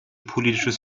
politisches